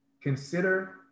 consider